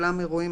אולם אירועים,